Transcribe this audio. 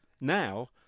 now